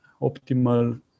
optimal